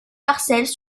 parcelles